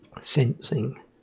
sensing